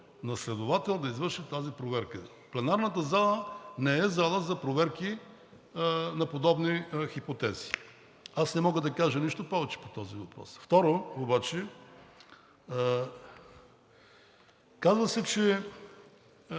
на следовател да извърши тази проверка. Пленарната зала не е зала за проверки на подобни хипотези. Аз не мога да кажа нищо повече по този въпрос. Второ обаче, казва се, че